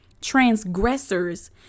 transgressors